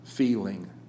Feeling